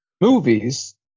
Movies